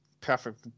perfect